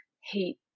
hate